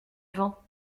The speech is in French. vent